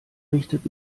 richtet